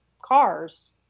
cars